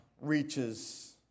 reaches